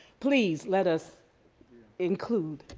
please let us include.